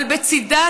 אבל בצידה,